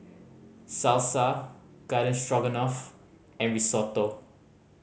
Salsa Garden Stroganoff and Risotto